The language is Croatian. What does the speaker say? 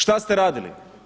Šta ste radili?